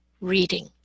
reading